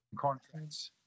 conference